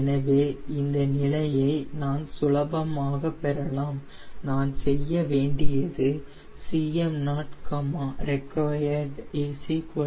எனவே இந்த நிலையை நான் சுலபமாக பெறலாம் நான் செய்ய வேண்டியது Cm0 reqd 0